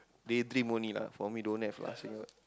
day dream only lah for me don't have lah Singapore